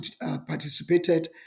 participated